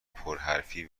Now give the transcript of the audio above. پرحرفی